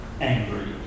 angry